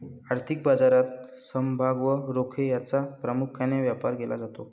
आर्थिक बाजारात समभाग व रोखे यांचा प्रामुख्याने व्यापार केला जातो